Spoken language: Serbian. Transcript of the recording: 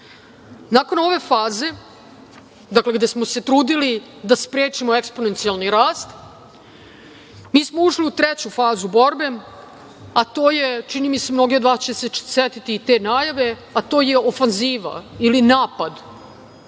ove faze, gde smo se dakle trudili da sprečimo eksponencijalni rast, mi smo ušli u treću fazu borbe, a to je čini mi se, mnogi od vas će se setiti te najave, to je ofanziva ili napad